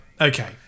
Okay